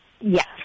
Yes